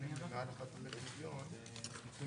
קבלת ההסתייגות?